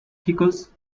pickles